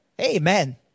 Amen